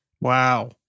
Wow